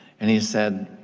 and he said,